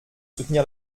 soutenir